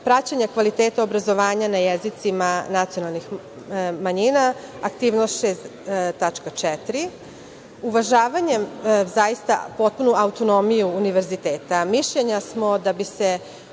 praćenja kvaliteta obrazovanja na jezicima nacionalnih manjina, aktivnost 6. tačka 4. – uvažavanjem zaista potpunu autonomiju univerziteta. Mišljenja smo da bi se